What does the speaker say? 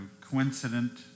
coincident